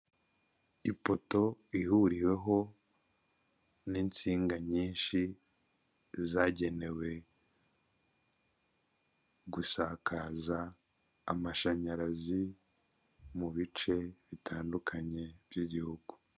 Ipoto ihuriweho n'insinga nyinshi zagenewe gusakaza amashanyarazi mu bice bitandukanye by'igihugu.